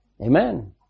Amen